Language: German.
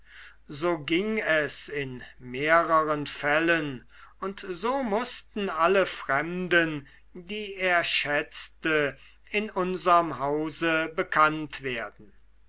so ging es in mehreren fällen und so mußten alle fremden die er schätzte in unserm hause bekannt werden